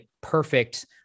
perfect